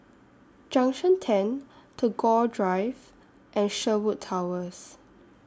Junction ten Tagore Drive and Sherwood Towers